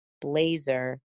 blazer